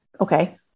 okay